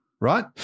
right